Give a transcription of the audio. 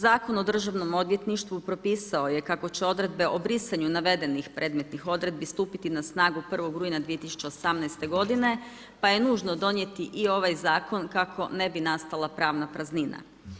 Zakon o Državnom odvjetništvu propisao je kako će odredbe o brisanju navedenih predmetnih odredbi stupiti na snagu 1.9.2018. g. pa je nužno donijeti i ovaj zakon kako ne bi nastala pravna praznina.